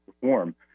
perform